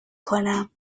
کنم